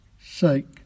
sake